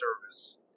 service